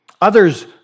Others